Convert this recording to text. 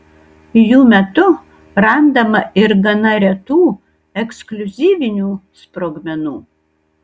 jų metu randama ir gana retų ekskliuzyvinių sprogmenų